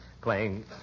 playing